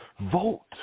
Vote